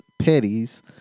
Petty's